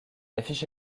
affiche